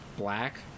Black